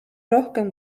rohkem